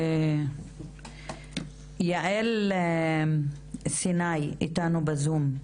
יעל סיני, איתנו בזום.